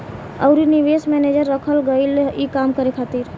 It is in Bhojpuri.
अउरी निवेश मैनेजर रखल गईल ई काम करे खातिर